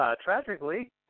Tragically